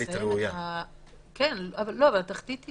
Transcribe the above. התכלית היא